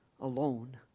alone